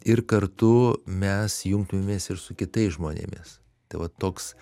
ir kartu mes jungtumėmės ir su kitais žmonėmis tai vat toks